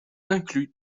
inclus